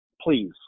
please